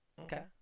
Okay